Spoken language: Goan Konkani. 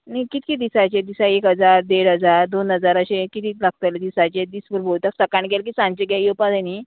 न्ही कितके दिसाचे दिसा एक हजार देड हजार दोन हजार अशें किदें लागतले दिसाचे दीस भर भोंवत आसता करण की सांचे गे येवपा जाय न्ही